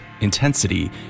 intensity